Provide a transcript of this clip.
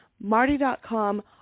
marty.com